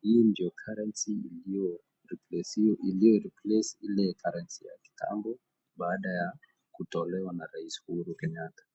hii ndio currency iliyo replace ile currency ya kitambo, baada ya kutolewa na Rais Uhuru Kenyatta.